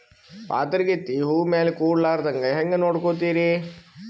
ಪಾತರಗಿತ್ತಿ ಹೂ ಮ್ಯಾಲ ಕೂಡಲಾರ್ದಂಗ ಹೇಂಗ ನೋಡಕೋತಿರಿ?